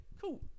cool